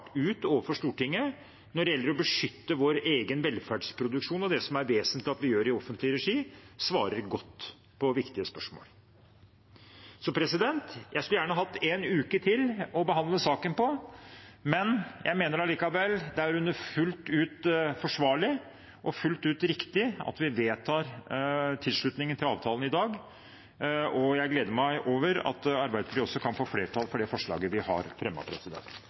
ut overfor Stortinget når det gjelder å beskytte vår egen velferdsproduksjon og det som det er vesentlig at vi gjør i offentlig regi, at den svarer godt på viktige spørsmål. Jeg skulle gjerne hatt en uke til å behandle saken på, men jeg mener allikevel det er fullt ut forsvarlig og fullt ut riktig at vi vedtar tilslutning til avtalen i dag, og jeg gleder meg over at Arbeiderpartiet også kan få flertall for det forslaget vi har